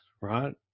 right